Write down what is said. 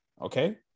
Okay